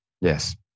Yes